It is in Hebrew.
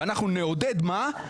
ואנחנו נעודד" מה?